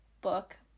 book